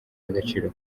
y’agaciro